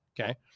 Okay